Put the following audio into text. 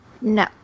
No